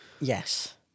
Yes